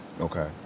Okay